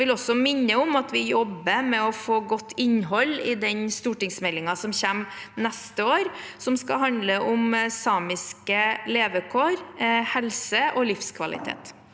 Så vil jeg minne om at vi jobber med å få godt innhold i den stortingsmeldingen som kommer neste år, og som skal handle om samiske levekår og samisk helse og livskvalitet.